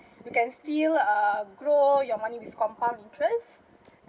you can still uh grow your money with compound interest